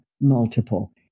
multiple